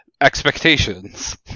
expectations